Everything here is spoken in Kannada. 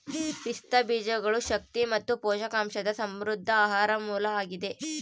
ಪಿಸ್ತಾ ಬೀಜಗಳು ಶಕ್ತಿ ಮತ್ತು ಪೋಷಕಾಂಶದ ಸಮೃದ್ಧ ಆಹಾರ ಮೂಲ ಆಗಿದೆ